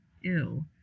ew